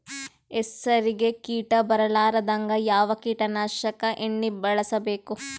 ಹೆಸರಿಗಿ ಕೀಟ ಬರಲಾರದಂಗ ಯಾವ ಕೀಟನಾಶಕ ಎಣ್ಣಿಬಳಸಬೇಕು?